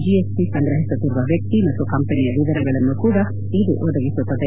GST ಸಂಗ್ರಒಸುತ್ತಿರುವ ವ್ಯಕ್ತಿ ಮತ್ತು ಕಂಪನಿಯ ವಿವರಗಳನ್ನೂ ಕೂಡ ಇದು ಒದಗಿಸುತ್ತದೆ